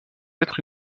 être